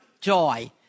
joy